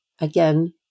Again